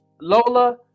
Lola